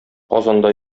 казанда